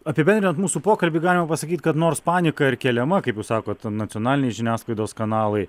apibendrinant mūsų pokalbį galima pasakyt kad nors panika ir keliama kaip sakot nacionalinės žiniasklaidos kanalai